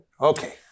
Okay